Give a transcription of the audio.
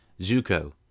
Zuko